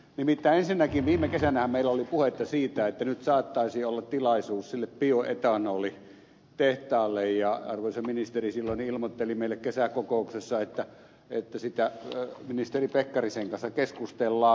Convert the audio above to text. nimittäin ensinnäkin viime kesänähän meillä oli puhetta siitä että nyt saattaisi olla tilaisuus sille bioetanolitehtaalle ja arvoisa ministeri silloin ilmoitteli meille kesäkokouksessa että siitä ministeri pekkarisen kanssa keskustellaan